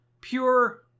Pure